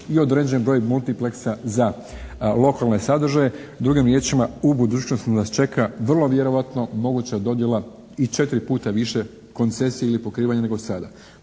i određen broj multipleksa za lokalne sadržaje. Drugim riječima, u budućnosti nas čeka vrlo vjerojavno moguća dodjela i četiri puta više koncesija ili pokrivanje nego sada.